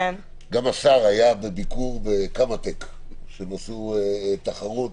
גם השר היה בביקור בקמא-טק כשהם עשו תחרות